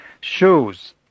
shoes